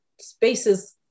spaces